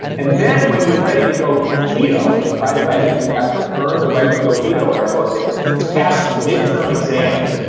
and then when you're ready to go keto. and by the way, you have to earn the right to go keto in our book. you have to pass a midterm exam,